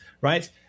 right